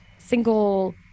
single